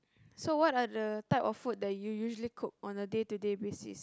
so what are the type of food that you usually cook on a day to day basis